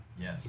Yes